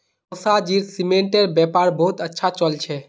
मौसाजीर सीमेंटेर व्यापार बहुत अच्छा चल छ